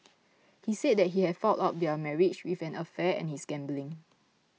he said that he had fouled up their marriage with an affair and his gambling